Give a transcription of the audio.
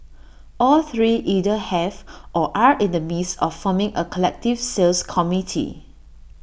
all three either have or are in the midst of forming A collective sales committee